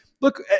Look